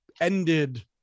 ended